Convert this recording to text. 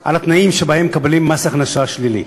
את התנאים שבהם מקבלים מס הכנסה שלילי.